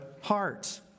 heart